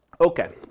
Okay